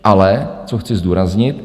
Ale co chci zdůraznit.